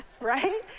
right